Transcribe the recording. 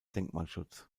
denkmalschutz